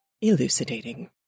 elucidating